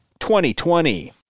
2020